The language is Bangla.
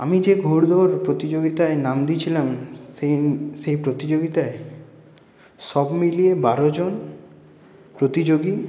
আমি যে ঘোড়দৌড় প্রতিযোগিতায় নাম দিয়েছিলাম সেই সেই প্রতিযোগিতায় সব মিলিয়ে বারোজন প্রতিযোগী